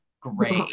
great